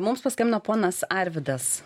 mums paskambino ponas arvydas